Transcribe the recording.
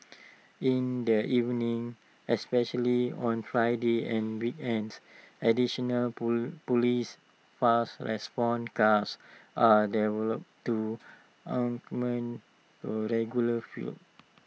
in their evenings especially on Fridays and weekends additional Police fast response cars are deployed to augment the regular